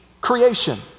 creation